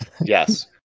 yes